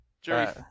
Jerry